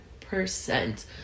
percent